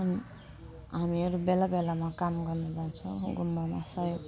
अनि हामीहरू बेला बेलामा काम गर्नु जान्छौँ गुम्बामा सहयोग